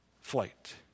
Flight